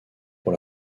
pour